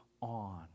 on